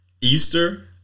Easter